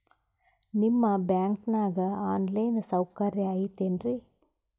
ನಿಮ್ಮ ಬ್ಯಾಂಕನಾಗ online ಸೌಕರ್ಯ ಐತೇನ್ರಿ?